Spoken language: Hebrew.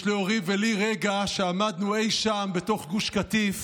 יש לאורי ולי רגע שעמדנו אי שם בתוך גוש קטיף